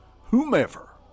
Whomever